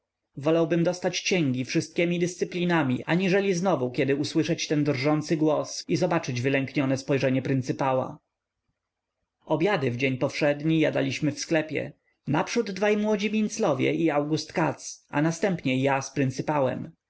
wolałbym dostać cięgi wszystkiemi dyscyplinami aniżeli znowu kiedy usłyszeć ten drżący głos i zobaczyć wylęknione spojrzenie pryncypała obiady w dzień powszedni jadaliśmy w sklepie naprzód dwaj młodzi minclowie i august katz a następnie ja